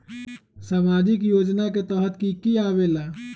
समाजिक योजना के तहद कि की आवे ला?